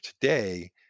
today